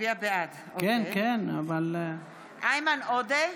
בעד איימן עודה,